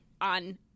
on